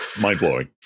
mind-blowing